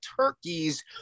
turkeys